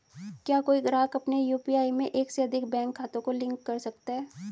क्या कोई ग्राहक अपने यू.पी.आई में एक से अधिक बैंक खातों को लिंक कर सकता है?